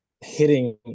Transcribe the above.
hitting